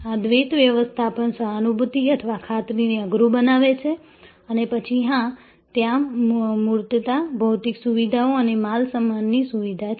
આ દ્વૈત વ્યવસ્થાપન સહાનુભૂતિ અથવા ખાતરીને અઘરું બનાવે છે અને પછી હા ત્યાં મૂર્તતા ભૌતિક સુવિધાઓ અને માલસામાનની સુવિધા છે